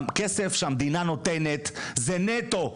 הכסף שהמדינה נותנת זה נטו,